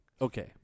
Okay